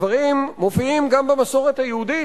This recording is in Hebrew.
הדברים מופיעים גם במסורת היהודית,